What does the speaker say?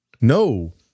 No